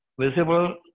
visible